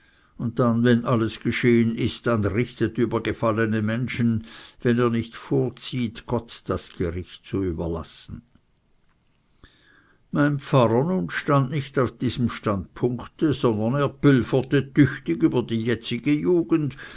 und dann wenn das alles geschehen ist dann richtet über gefallene mädchen wenn ihr nicht vorzieht gott das gericht zu überlassen mein pfarrer nun stund nicht auf diesem standpunkte sondern er pülverte tüchtig über die jetzige jugend